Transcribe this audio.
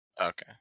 Okay